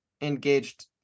engaged